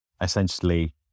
essentially